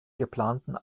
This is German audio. geplanten